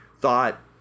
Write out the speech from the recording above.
thought